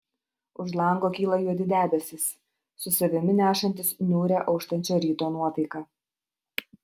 už lango kyla juodi debesys su savimi nešantys niūrią auštančio ryto nuotaiką